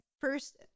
first